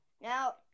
now